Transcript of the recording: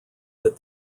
that